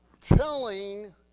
telling